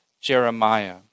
Jeremiah